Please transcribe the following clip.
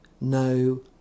no